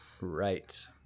Right